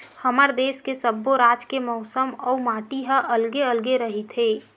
हमर देस के सब्बो राज के मउसम अउ माटी ह अलगे अलगे रहिथे